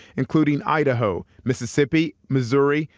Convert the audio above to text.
including idaho, mississippi, missouri,